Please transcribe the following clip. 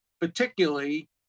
particularly